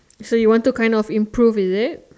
so you want to kind of improve is it